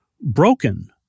broken